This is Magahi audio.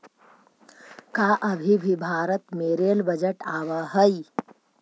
का अभी भी भारत में रेल बजट आवा हई